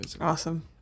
awesome